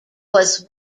was